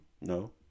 no